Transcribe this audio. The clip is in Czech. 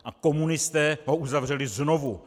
A komunisté ho uzavřeli znovu!